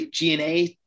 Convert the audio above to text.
GNA